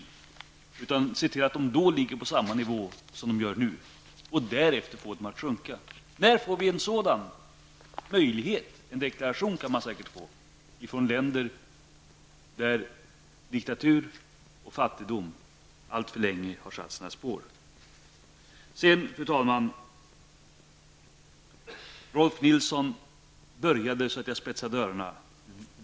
I stället gäller det att se till att utsläppen då ligger på samma nivå som nu. Därefter måste det bli en minskning. Men när får vi se detta inträffa i de länder där diktatur och fattigdom alltför länge satt djupa spår? Rolf L Nilson uttryckte sig inledningsvis på ett sådant sätt att jag spetsade öronen.